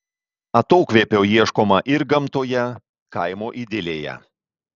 atokvėpio ieškoma ir gamtoje kaimo idilėje